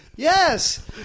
Yes